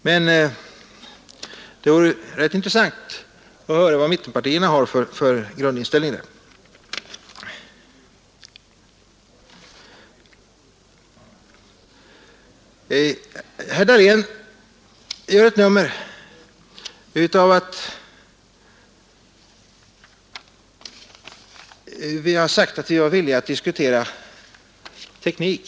Men det vore rätt intressant att höra vad mittenpartierna har för grundinställning i denna fråga. Herr Dahlén gör ett nummer av att vi har sagt att vi var villiga att diskutera teknik.